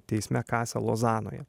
teisme kase lozanoje